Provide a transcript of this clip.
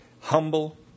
humble